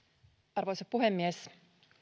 arvoisa puhemies